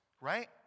right